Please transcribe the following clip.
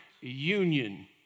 union